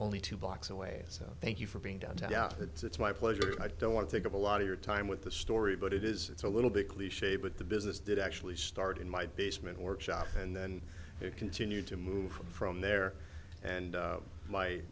only two blocks away so thank you for being downtown it's my pleasure and i don't want to take a lot of your time with the story but it is it's a little bit cliche but the business did actually start in my basement workshop and then it continued to move from there and my my